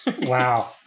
Wow